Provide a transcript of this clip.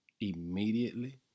immediately